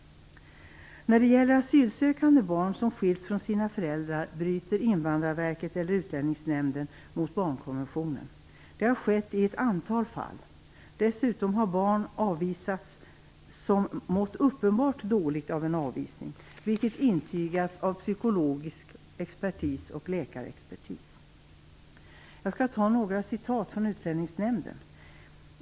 När det gäller asylsökande barn som skilts från sina föräldrar bryter Invandrarverket eller Utlänningsnämnden mot barnkonventionen. Det har skett i ett antal fall. Dessutom har barn avvisats som mått uppenbart dåligt av en avvisning, vilket intygats av psykologisk expertis och läkarexpertis. Jag skall ta några citat från Utlänningsnämnden.